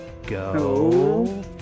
Go